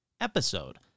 episode